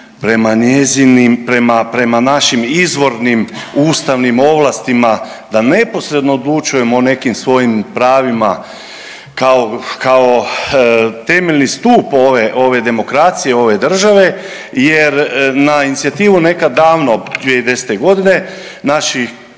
prema našim izvornim ustavnim ovlastima da neposredno odlučujemo o nekim svojim pravima kao temeljni stup ove demokracije, ove države jer na inicijativu nekad davno 2010. godine naših